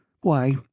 Why